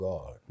God